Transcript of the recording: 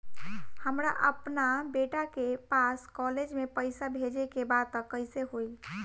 हमरा अपना बेटा के पास कॉलेज में पइसा बेजे के बा त कइसे होई?